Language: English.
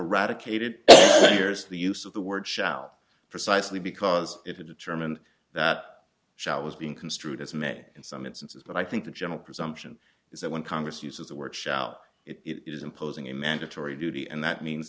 a radical ated there's the use of the word shout precisely because it had determined that it was being construed as may in some instances but i think the general presumption is that when congress uses the word shout it is imposing a mandatory duty and that means